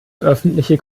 öffentliche